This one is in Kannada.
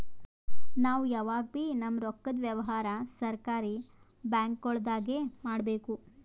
ನಾವ್ ಯಾವಗಬೀ ನಮ್ಮ್ ರೊಕ್ಕದ್ ವ್ಯವಹಾರ್ ಸರಕಾರಿ ಬ್ಯಾಂಕ್ಗೊಳ್ದಾಗೆ ಮಾಡಬೇಕು